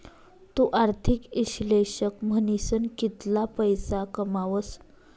तु आर्थिक इश्लेषक म्हनीसन कितला पैसा कमावस